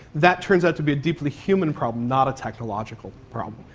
that turns out to be a deeply human problem, not a technological problem.